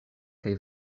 kaj